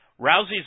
Rousey's